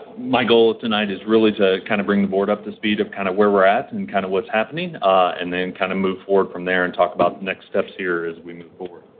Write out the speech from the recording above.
my goal tonight is really to kind of bring the board up to speed of kind of where we're at and kind of what's happening and then kind of move forward from there and talk about the next steps here as we move forward.